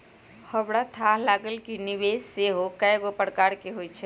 हमरा थाह लागल कि निवेश सेहो कएगो प्रकार के होइ छइ